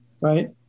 right